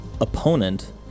opponent